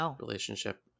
relationship